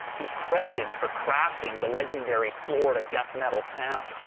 who's credited for crafting the legendary florida death metal sound.